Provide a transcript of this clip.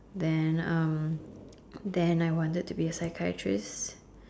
then uh then I wanted to be a psychiatrist